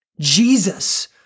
Jesus